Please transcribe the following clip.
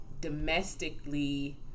domestically